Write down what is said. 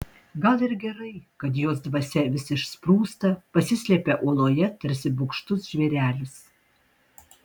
gal ir gerai kad jos dvasia vis išsprūsta pasislepia oloje tarsi bugštus žvėrelis